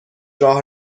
راه